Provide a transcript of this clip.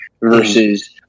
versus